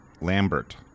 Lambert